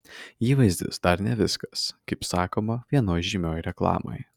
įvaizdis dar ne viskas kaip sakoma vienoj žymioj reklamoj